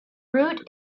route